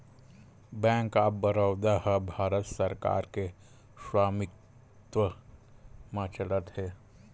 bank of Baroda ह भारत सरकार के स्वामित्व म चलत हे